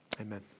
amen